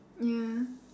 ya